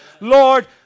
Lord